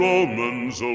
Romans